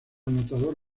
anotador